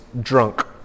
drunk